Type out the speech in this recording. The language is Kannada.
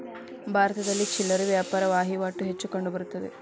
ಭಾರತದಲ್ಲಿ ಚಿಲ್ಲರೆ ವ್ಯಾಪಾರ ವಹಿವಾಟು ಹೆಚ್ಚು ಕಂಡುಬರುತ್ತದೆ